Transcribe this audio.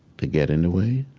to get in the way.